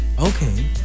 Okay